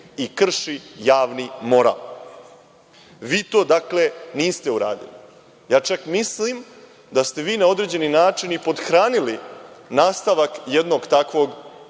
i krši javni moral. Vi to, dakle, niste uradili. Ja čak mislim da ste vi na određeni način i pothranili nastavak jednog takvog